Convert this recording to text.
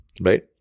right